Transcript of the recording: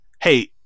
hey